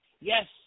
Yes